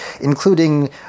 including